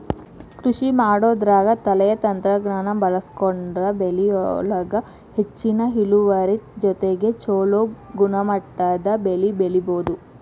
ಕೃಷಿಮಾಡೋದ್ರಾಗ ತಳೇಯ ತಂತ್ರಜ್ಞಾನ ಬಳಸ್ಕೊಂಡ್ರ ಬೆಳಿಯೊಳಗ ಹೆಚ್ಚಿನ ಇಳುವರಿ ಜೊತೆಗೆ ಚೊಲೋ ಗುಣಮಟ್ಟದ ಬೆಳಿ ಬೆಳಿಬೊದು